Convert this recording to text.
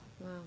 Wow